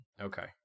Okay